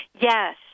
Yes